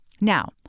Now